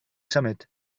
symud